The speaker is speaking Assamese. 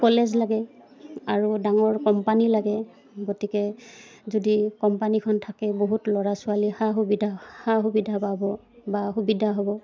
কলেজ লাগে আৰু ডাঙৰ কোম্পানী লাগে গতিকে যদি কোম্পানীখন থাকে বহুত ল'ৰা ছোৱালী সা সুবিধা সা সুবিধা পাব বা সুবিধা হ'ব